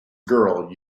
girl